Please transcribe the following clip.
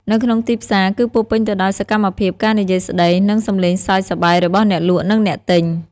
នៅក្នុងទីផ្សារ គឺពោរពេញទៅដោយសកម្មភាព ការនិយាយស្តី និងសម្លេងសើចសប្បាយរបស់អ្នកលក់ និងអ្នកទិញ។